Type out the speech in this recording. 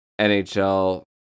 NHL